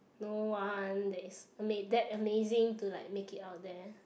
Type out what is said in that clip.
no one that is ama~ that amazing to like make it out there